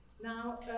Now